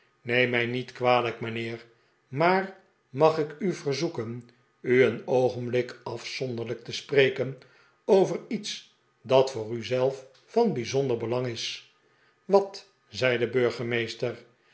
neem mij niet kwalijk mijnheer maar mag ik u verzoeken u een oogenblik afzonderlijk te spreken over jets dat voor u zelf van bijzonder belang is wat zei de burgemeester